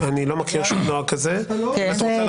אדוני חבר הכנסת גלעד קריב, אני קורא אותך לסדר.